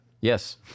Yes